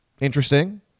interesting